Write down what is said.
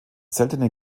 seltenen